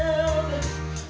know it was